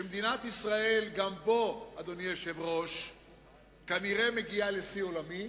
שמדינת ישראל גם בו כנראה מגיעה לשיא עולמי,